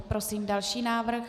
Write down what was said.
Prosím další návrh.